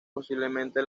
posiblemente